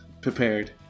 prepared